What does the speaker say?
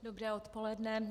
Dobré odpoledne.